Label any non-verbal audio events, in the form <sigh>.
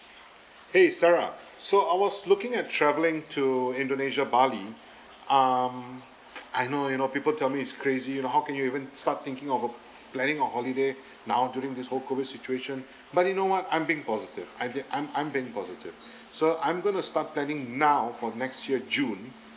!hey! sarah so I was looking at travelling to indonesia bali um <noise> I know you know people tell me it's crazy you know how can you even start thinking of a planning a holiday <breath> now during this whole COVID situation but you know what I'm being positive I the I'm I'm being positive so I'm going to start planning now for next year june